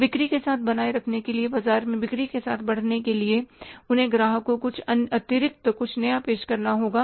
तो बिक्री के साथ बनाए रखने के लिए बाजार में बिक्री के साथ बढ़ने के लिए उन्हें ग्राहक को कुछ अतिरिक्त कुछ नया पेश करना होगा